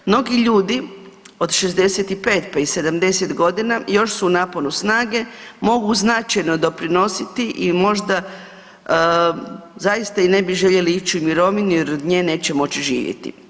Mnogi ljudi od 65 pa i 70 godina još su u naponu snage, mogu značajno doprinositi i možda zaista i ne bi željeli ići u mirovinu jer od nje neće moći živjeti.